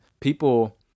people